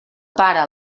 pare